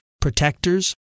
protectors